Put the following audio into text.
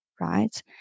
right